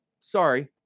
Sorry